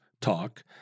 talk